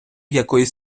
якоїсь